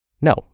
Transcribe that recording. No